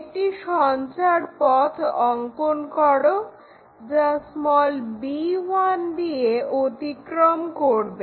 একটি সঞ্চারপথ অঙ্কন করো যা b1 দিয়ে অতিক্রম করবে